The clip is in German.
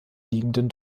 liegenden